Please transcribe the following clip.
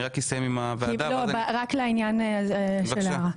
רק אסיים עם הוועדה --- רק לעניין ההודעה.